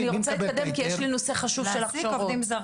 אני רוצה להתקדם, כי יש לי נושא חשוב שלחשוב עוד.